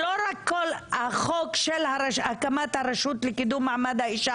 כל החוק של הקמת הרשות לקידום מעמד האישה